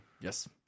yes